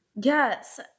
Yes